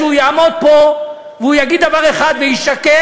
שהוא יעמוד פה והוא יגיד דבר אחד וישקר,